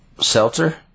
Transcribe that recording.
Seltzer